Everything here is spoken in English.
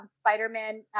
Spider-Man